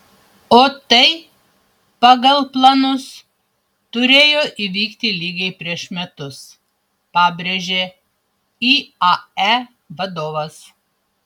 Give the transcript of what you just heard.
o tai pagal planus turėjo įvykti lygiai prieš metus pabrėžė iae vadovas